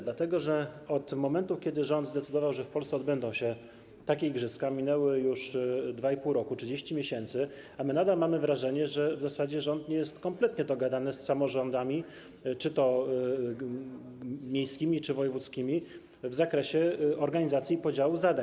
Dlatego że od momentu, kiedy rząd zdecydował, że w Polsce odbędą się takie igrzyska, minęło już 2,5 roku, 30 miesięcy, a my nadal mamy wrażenie, że w zasadzie rząd nie jest kompletnie dogadany z samorządami - czy to miejskimi, czy wojewódzkimi - w zakresie organizacji i podziału zadań.